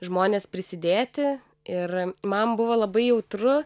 žmones prisidėti ir man buvo labai jautru